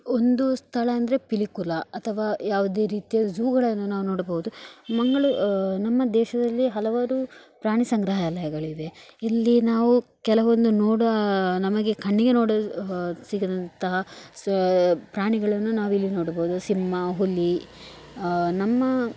ಒಂದು ಸ್ಥಳ ಅಂದರೆ ಪಿಲಿಕುಳ ಅಥವಾ ಯಾವುದೇ ರೀತಿಯ ಝೂಗಳನ್ನು ನಾವು ನೋಡಬೌದು ಮಂಗಳು ನಮ್ಮ ದೇಶದಲ್ಲೇ ಹಲವಾರು ಪ್ರಾಣಿ ಸಂಗ್ರಹಾಲಯಗಳಿವೆ ಇಲ್ಲಿ ನಾವು ಕೆಲವೊಂದು ನೋಡ ನಮಗೆ ಕಣ್ಣಿಗೆ ನೋಡ ಸಿಗದಂತಹ ಸ್ವಾ ಪ್ರಾಣಿಗಳನ್ನು ನಾವಿಲ್ಲಿ ನೋಡಬೌದು ಸಿಂಹ ಹುಲಿ ನಮ್ಮ